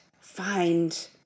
find